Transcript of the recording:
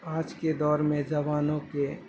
آج کے دور میں زبانوں کے